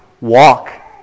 walk